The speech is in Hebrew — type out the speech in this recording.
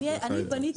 נו,